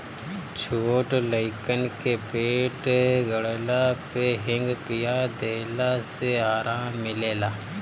छोट लइकन के पेट गड़ला पे हिंग पिया देला से आराम मिलेला